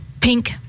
Pink